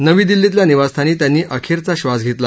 नवी दिल्लीतल्या निवासस्थानी त्यांनी अखेरचा श्वास घेतला